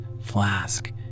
flask